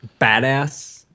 badass